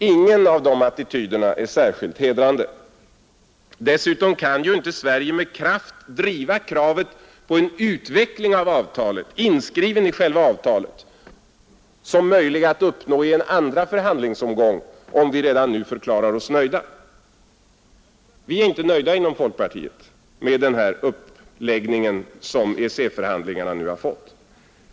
Ingen av dessa attityder är särskilt hedrande. Dessutom kan ju inte Sverige med kraft driva kravet på en utveckling av avtalet, inskriven i själva avtalet, i en andra förhandlingsomgång, om vi redan nu förklarar oss nöjda. Vi är inte nöjda inom folkpartiet med den uppläggning som EEC-förhandlingarna nu har fått.